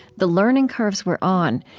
the learning curves we're on,